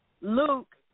Luke